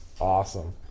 Awesome